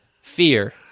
fear